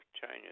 China